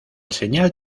señal